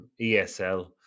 ESL